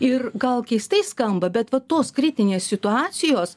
ir gal keistai skamba bet va tos kritinės situacijos